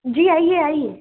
जी आइए आइए